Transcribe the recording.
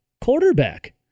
quarterback